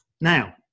Now